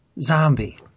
zombie